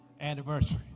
anniversary